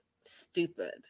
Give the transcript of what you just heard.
stupid